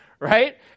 right